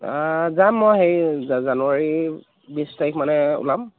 অ' যাম মই হেৰি জানুৱাৰী বিশ তাৰিখমানে ওলাম